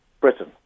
Britain